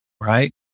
Right